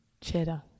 Cheddar